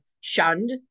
shunned